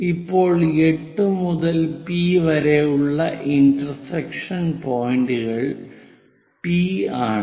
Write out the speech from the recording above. ഇപ്പോൾ 8 മുതൽ പി വരെയുള്ള ഇന്റർസെക്ഷൻ പോയിന്റുകൾ പി ആണ്